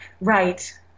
Right